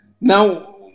Now